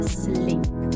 sleep